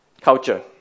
culture